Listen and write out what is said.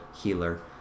healer